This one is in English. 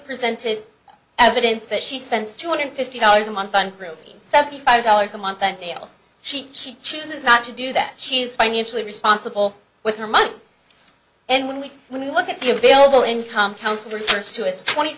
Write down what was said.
presented evidence that she spends two hundred fifty dollars a month on seventy five dollars a month and the else she she chooses not to do that she's financially responsible with her money and when we look at the available income council refers to it's twenty